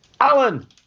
Alan